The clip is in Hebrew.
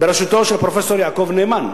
בראשות פרופסור יעקב נאמן,